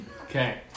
Okay